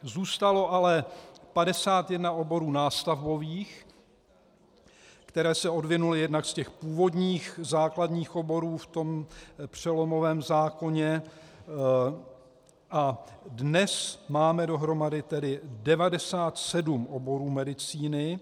Zůstalo ale 51 oborů nástavbových, které se odvinuly jednak z původních základních oborů v tom přelomovém zákoně, a dnes tedy máme dohromady 97 oborů medicíny.